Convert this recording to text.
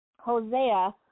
Hosea